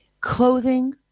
Clothing